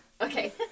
Okay